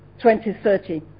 2030